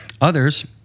Others